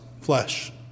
flesh